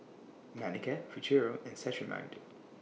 Manicare Futuro and Cetrimide